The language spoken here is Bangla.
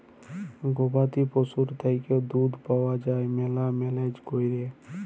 গবাদি পশুর থ্যাইকে দুহুদ পাউয়া যায় ম্যালা ম্যালেজ ক্যইরে